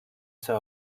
ser